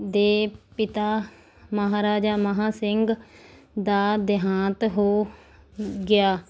ਦੇ ਪਿਤਾ ਮਹਾਰਾਜਾ ਮਹਾਂ ਸਿੰਘ ਦਾ ਦੇਹਾਂਤ ਹੋ ਗਿਆ